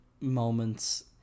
moments